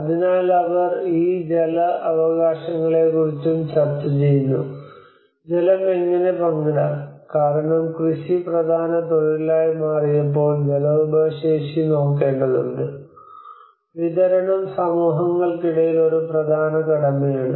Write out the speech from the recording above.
അതിനാൽ അവർ ഈ ജല അവകാശങ്ങളെക്കുറിച്ചും ചർച്ച ചെയ്യുന്നു ജലം എങ്ങനെ പങ്കിടാം കാരണം കൃഷി പ്രധാന തൊഴിലായി മാറിയപ്പോൾ ജലവിഭവശേഷി നോക്കേണ്ടതുണ്ട് വിതരണം സമൂഹങ്ങൾക്കിടയിൽ ഒരു പ്രധാന കടമയാണ്